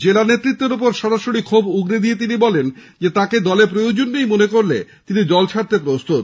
জেলা নেতৃত্বের ওপর সরাসরি ক্ষোভ উগরে দিয়ে তিনি বলেন তাঁকে দলে প্রয়োজন নেই মনে করলে তিনি দল ছাড়তে প্রস্তুত